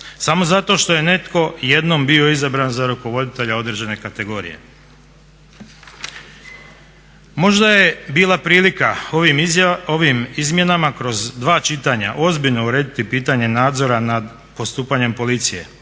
samo zato što je netko jednom bio izabran za rukovoditelja određene kategorije. Možda je bila prilika ovim izmjenama kroz dva čitanja ozbiljno urediti pitanje nadzora nad postupanjem policije.